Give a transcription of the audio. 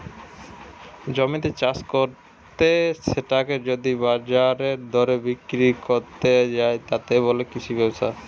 জমিতে চাষ কত্তে সেটাকে যদি বাজারের দরে বিক্রি কত্তে যায়, তাকে বলে কৃষি ব্যবসা